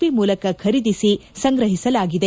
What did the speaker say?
P ಮೂಲಕ ಖರೀದಿಸಿ ಸಂಗ್ರಹಿಸಲಾಗಿದೆ